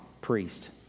priest